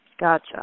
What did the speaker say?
Gotcha